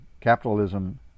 Capitalism